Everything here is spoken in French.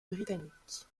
britannique